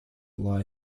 lie